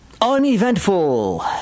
Uneventful